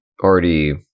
already